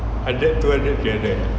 hundred two hundred three hundred